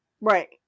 Right